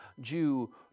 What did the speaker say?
Jew